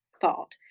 thought